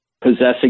possessing